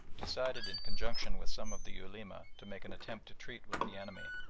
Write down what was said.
decided in conjunction with some of the ulema to make an attempt to treat with the enemy.